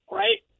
right